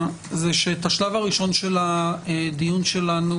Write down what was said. שאת השלב הראשון של הדיון שלנו